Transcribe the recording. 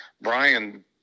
Brian